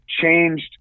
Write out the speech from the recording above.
changed